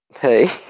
hey